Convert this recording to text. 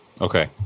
Okay